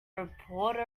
reporter